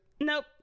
Nope